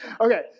Okay